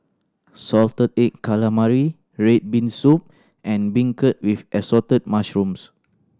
salted egg calamari red bean soup and beancurd with Assorted Mushrooms